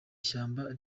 shyamba